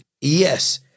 Yes